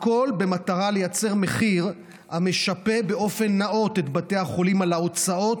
והכול במטרה לייצר מחיר המשפה באופן נאות את בתי החולים על ההוצאות